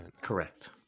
Correct